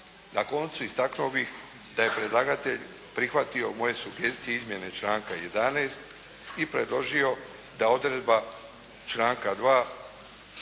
Na koncu istaknuo bih da je predlagatelj prihvatio moje sugestije izmjene članka 11. i predložio da odredba članka 2.